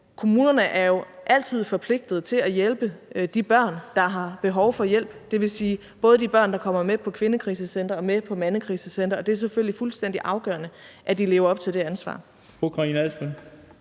kommunerne er jo altid forpligtet til at hjælpe de børn, der har behov for hjælp, dvs. både de børn, der kommer med på kvindekrisecentre og med på mandekrisecentre, og det er selvfølgelig fuldstændig afgørende, at de lever op til det ansvar.